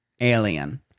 alien